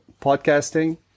Podcasting